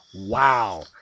wow